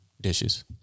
dishes